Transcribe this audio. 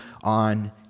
on